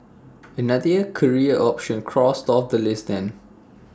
another career option crossed off the list then